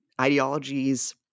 ideologies